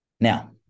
Now